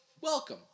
Welcome